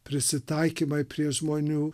prisitaikymai prie žmonių